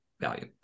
value